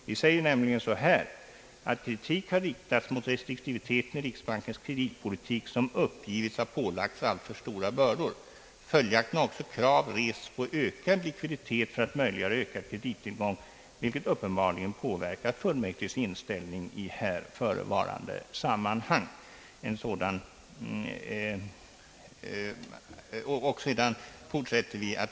Vi säger så här: »Kritik har nämligen riktats mot restriktiviteten i riksbankens kreditpolitik, som uppgivits ha pålagts alltför stora bördor. Följaktligen har också krav rests på ökad likviditet för att möjliggöra ökad kredittillgång, vilket uppenbarligen påverkat fullmäktiges inställning i här förevarande sammanhang.